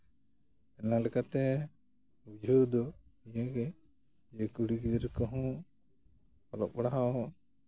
ᱚᱱᱟᱞᱮᱠᱟᱛᱮ ᱵᱩᱡᱷᱟᱹᱣ ᱫᱚ ᱩᱱᱤ ᱜᱮ ᱡᱮ ᱠᱩᱲᱤ ᱜᱤᱫᱽᱨᱟᱹ ᱠᱚᱦᱚᱸ ᱚᱞᱚᱜ ᱯᱟᱲᱦᱟᱣ